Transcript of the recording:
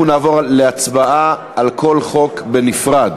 אנחנו נעבור להצבעה על כל חוק בנפרד.